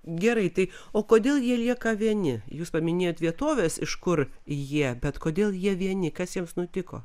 gerai tai o kodėl jie lieka vieni jūs paminėjot vietoves iš kur jie bet kodėl jie vieni kas jiems nutiko